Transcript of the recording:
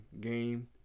game